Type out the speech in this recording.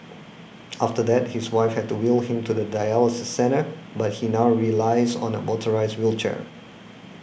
after that his wife had to wheel him to the dialysis centre but he now relies on a motorised wheelchair